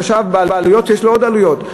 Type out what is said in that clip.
שעכשיו יש לו עוד עלויות.